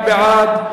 מי בעד?